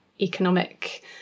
economic